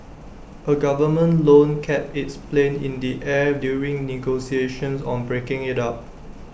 A government loan kept its planes in the air during negotiations on breaking IT up